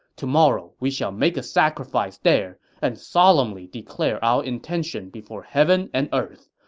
tomorrow we shall make a sacrifice there and solemnly declare our intention before heaven and earth,